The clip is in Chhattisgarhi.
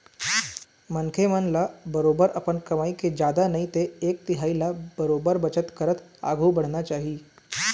मनखे मन ल बरोबर अपन कमई के जादा नई ते एक तिहाई ल बरोबर बचत करत आघु बढ़ना चाही